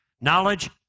knowledge